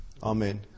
Amen